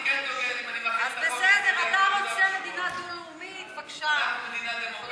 אז אני כן דוגל, ואני מבקש, ביהודה ושומרון.